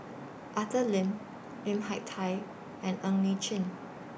Arthur Lim Lim Hak Tai and Ng Li Chin